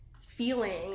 feeling